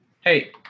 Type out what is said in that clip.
Hey